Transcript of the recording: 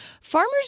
Farmers